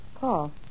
Paul